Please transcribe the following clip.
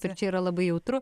tai čia yra labai jautru